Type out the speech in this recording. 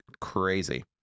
crazy